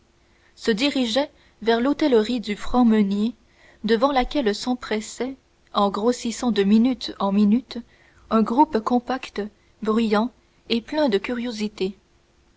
se dirigeaient vers l'hôtellerie du franc meunier devant laquelle s'empressait en grossissant de minute en minute un groupe compact bruyant et plein de curiosité